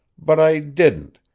but i didn't,